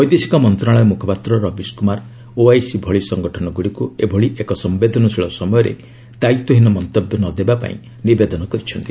ବୈଦେଶିକ ମନ୍ତ୍ରଶାଳୟ ମୁଖପାତ୍ର ରବିଶ କୁମାର ଓଆଇସି ଭଳି ସଂଗଠନଗୁଡ଼ିକୁ ଏଭଳି ଏକ ସମ୍ଭେଦନଶୀଳ ସମୟରେ ଦାୟିତ୍ୱହୀନ ମନ୍ତବ୍ୟ ନ ଦେବା ପାଇଁ ନିବେଦନ କରିଛନ୍ତି